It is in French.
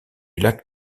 lac